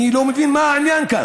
אני לא מבין מה העניין כאן.